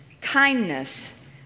kindness